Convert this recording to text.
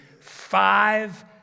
five